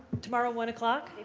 tomorrow one o'clock.